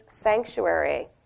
sanctuary